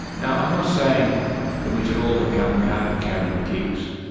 now, i'm not saying that we should all become card-carrying geeks.